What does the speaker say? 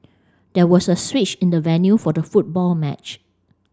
there was a switch in the venue for the football match